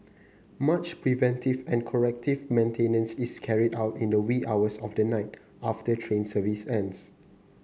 much preventive and corrective maintenance is carried out in the wee hours of the night after train service ends